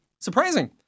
Surprising